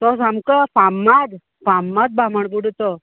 तो सामको फामाद फाम्माद बामडबुडो तो